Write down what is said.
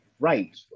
Right